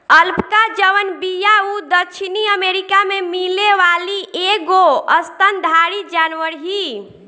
alpaca जवन बिया उ दक्षिणी अमेरिका में मिले वाली एगो स्तनधारी जानवर हिय